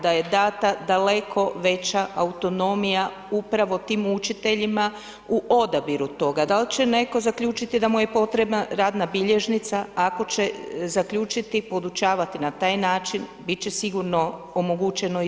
Da je data daleko veća autonomija upravo tim učiteljima u odabiru toga da li će netko zaključiti da mu je potrebna radna bilježnica ako će zaključiti podučavati na taj način bit će sigurno omogućeno i to.